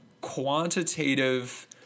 quantitative